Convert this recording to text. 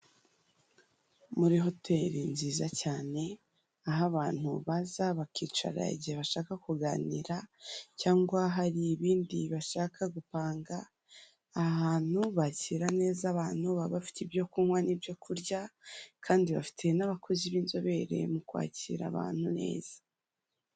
Muri hoteri nziza cyane aho abantu baza bakicara igihe bashaka kuganira cyangwa hari ibindi bashaka gupanga, aha hantu bakira neza abantu, baba bafite ibyo kunywa n'ibyo kurya kandi baba bafite n'abakozi b'inzobere mu kwakira abantu neza.